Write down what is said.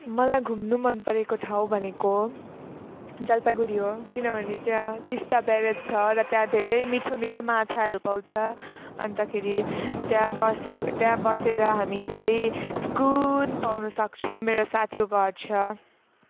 मलाई घुम्नु मन परेको ठाउँ भनेको जलपाइगुडी हो किनभने त्यहाँ टिस्टा ब्यारेज छ र त्यहाँ धेरै मिठो मिठो माछाहरू पाउँछ अन्तखेरि त्यहाँ बसेको त्यहाँ बसेर हामी धेरै सुकुन पाउनु सक्छौँ मेरो साथीको घर छ